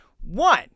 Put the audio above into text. One